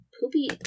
poopy